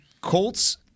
Colts